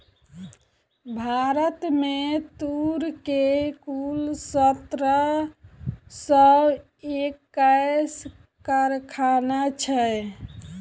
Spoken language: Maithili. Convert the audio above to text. भारत में तूर के कुल सत्रह सौ एक्कैस कारखाना छै